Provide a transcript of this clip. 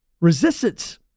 resistance